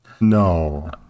no